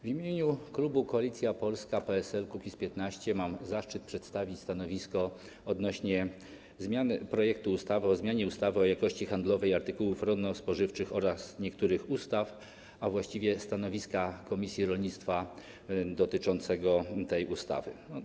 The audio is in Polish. W imieniu klubu Koalicja Polska - PSL - Kukiz15 mam zaszczyt przedstawić stanowisko odnośnie do projektu ustawy o zmianie ustawy o jakości handlowej artykułów rolno-spożywczych oraz niektórych innych ustaw, a właściwie stanowiska komisji rolnictwa dotyczącego tej ustawy.